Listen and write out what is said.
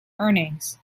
earnings